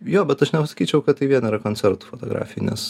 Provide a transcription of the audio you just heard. jo bet aš nepasakyčiau kad tai vien yra koncertų fotografija nes